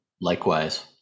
likewise